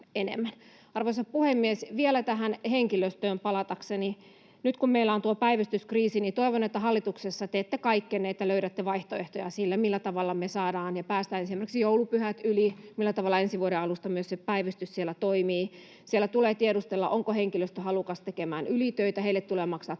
Arvoisa puhemies! Vielä tähän henkilöstöön palatakseni: Nyt kun meillä on tuo päivystyskriisi, niin toivon, että hallituksessa teette kaikkenne, että löydätte vaihtoehtoja sille, millä tavalla me päästään esimerkiksi joulunpyhät yli, millä tavalla ensi vuoden alusta myös päivystys siellä toimii. Siellä tulee tiedustella, onko henkilöstö halukas tekemään ylitöitä — heille tulee maksaa tuntuvat